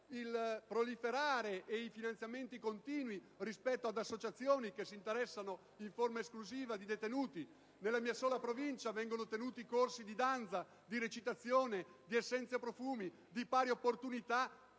il proliferare e i finanziamenti continui ad associazioni che si interessano in forma esclusiva di detenuti. Nella mia sola provincia vengono tenuti corsi di danza, di recitazione, di essenze e profumi, di pari opportunità